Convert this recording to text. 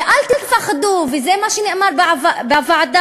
ואל תפחדו, וזה מה שנאמר בוועדה.